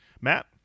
matt